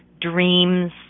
dreams